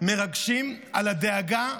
מרגשים על הדאגה,